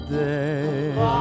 day